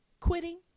quitting